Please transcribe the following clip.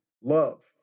love